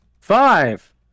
Five